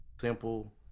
simple